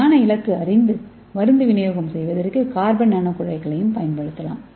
சரியான இலக்கு அறிந்து மருந்து விநியோகம் செய்வதற்கு கார்பன் நானோகுழாய்களையும் பயன்படுத்தலாம்